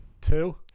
Two